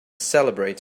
celebrate